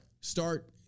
start